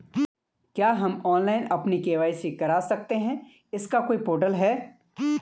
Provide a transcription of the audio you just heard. क्या हम ऑनलाइन अपनी के.वाई.सी करा सकते हैं इसका कोई पोर्टल है?